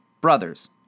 brothers